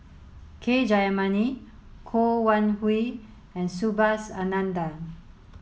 k Jayamani Wan Hui and Subhas Anandan